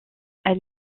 elle